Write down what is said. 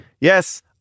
Yes